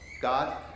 God